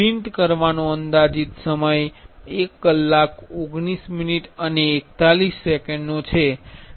print કરવાનો અંદાજિત સમય 1 કલાક 19 મિનિટ અને 41 સેકંડનો છે